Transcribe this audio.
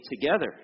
together